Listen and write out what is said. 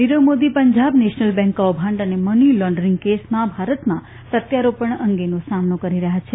Nirav Modi Punjab national bank કૌભાંડ અને money laundering કેસમાં ભારતમાં પ્રત્યારોપણ અંગેનો સામનો કરી રહ્યા છે